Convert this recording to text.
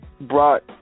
brought